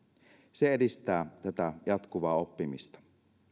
se edistää tätä jatkuvaa oppimista